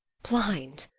blind!